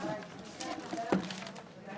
הישיבה ננעלה